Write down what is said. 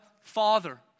Father